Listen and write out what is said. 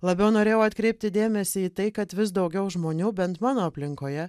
labiau norėjau atkreipti dėmesį į tai kad vis daugiau žmonių bent mano aplinkoje